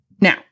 Now